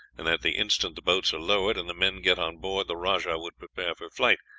and that the instant the boats are lowered, and the men get on board, the rajah would prepare for flight,